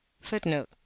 Footnote